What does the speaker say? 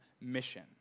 mission